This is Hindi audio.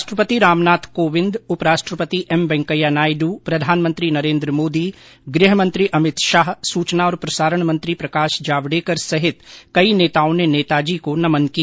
राष्ट्रपति रामनाथ कोविंद उप राष्ट्रपति एम वेंकैया नायड् प्रधानमंत्री नरेन्द्र मोदी गृह मंत्री अमित शाह सूचना और प्रसारण मंत्री प्रकाश जावडेकर सहित कई नेताओं ने नेताजी को नमन किया